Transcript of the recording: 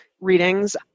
readings